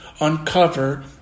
uncover